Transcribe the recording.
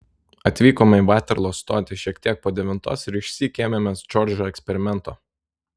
atvykome į vaterlo stotį šiek tiek po devintos ir išsyk ėmėmės džordžo eksperimento